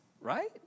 right